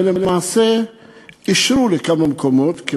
ולמעשה אישרו לכמה מקומות,